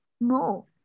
No